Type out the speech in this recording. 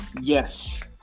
Yes